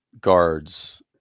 guards